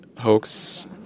hoax